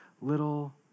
little